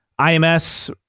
IMS